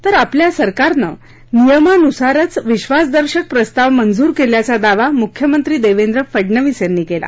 तर आपल्या सरकारनं नियमानुसारच विश्वासदर्शक प्रस्ताव मंजूर केल्याचा दावा मुख्यमंत्री देवेंद्र फडनवीस यांनी केला